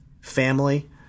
family